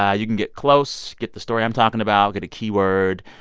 ah you can get close, get the story i'm talking about, get a keyword,